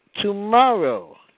tomorrow